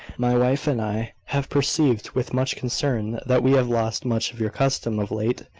my wife and i have perceived with much concern that we have lost much of your custom of late.